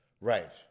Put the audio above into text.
Right